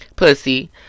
pussy